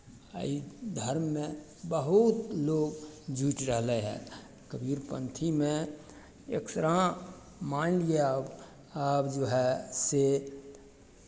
एहि धर्ममे बहुत लोक जुटि रहलै हन कबीरपन्थीमे एक्सरहाँ मानि लिअ आब जे हए से